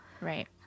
Right